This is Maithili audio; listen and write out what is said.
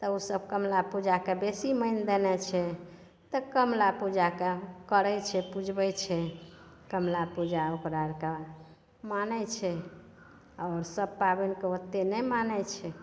तऽ ओसभ कमला पूजाकेँ बेसी मानि देनाइ छै तऽ कमला पूजाके करै छै पुजबै छै कमला पूजा ओकरा आओरके मानै छै आओर सब पाबनिके ओतेक नहि मानै छै